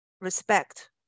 respect